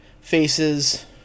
faces